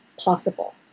possible